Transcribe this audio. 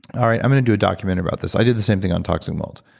all right, i'm going to do a documentary about this. i did the same thing on toxic mold.